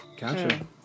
Gotcha